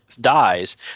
dies